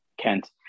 Kent